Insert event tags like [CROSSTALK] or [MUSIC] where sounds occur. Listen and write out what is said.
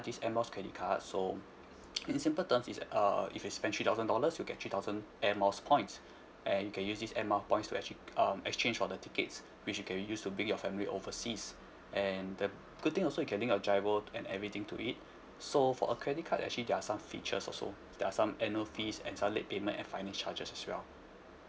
this air miles credit card so [NOISE] in simple terms is uh if you spend three thousand dollars you get three thousand air miles points and you can use this air miles points to actually um exchange for the tickets which you can use to bring your family overseas and the good thing also you can link your GIRO and everything to it so for a credit card actually there are some features also there are some annual fees and some late payment and finance charges as well